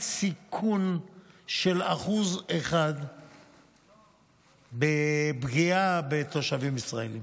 סיכון של 1% לפגיעה בתושבים ישראלים.